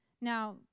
Now